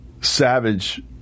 Savage